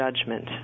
judgment